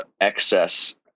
excess